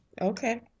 Okay